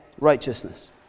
righteousness